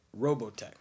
Robotech